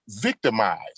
victimized